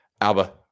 Alba